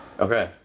Okay